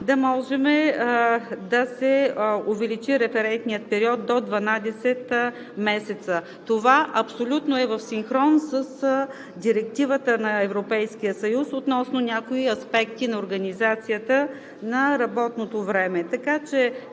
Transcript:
да може да се увеличи референтният период от 12 месеца. Това абсолютно е в синхрон с Директивата на Европейския съюз относно някои аспекти на организацията на работното време,